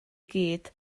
gyd